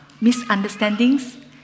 misunderstandings